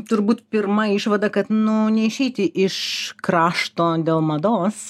turbūt pirma išvada kad nu neišeiti iš krašto dėl mados